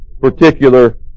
particular